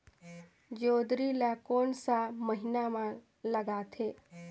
जोंदरी ला कोन सा महीन मां लगथे?